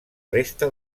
resta